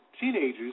teenagers